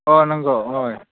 अ नंगौ अ